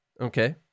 okay